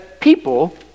people